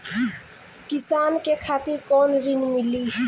किसान के खातिर कौन ऋण मिली?